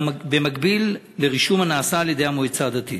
לרישום נישואים בעיר חיפה במקביל לרישום הנעשה בידי המועצה הדתית.